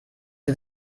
sie